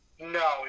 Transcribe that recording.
No